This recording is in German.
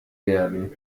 werden